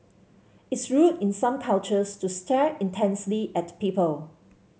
it's rude in some cultures to stare intensely at people